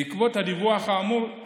בעקבות הדיווח האמור,